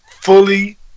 fully